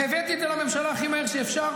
הבאתי את זה לממשלה הכי מהר שאפשר.